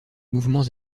mouvements